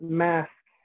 mask